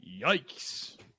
Yikes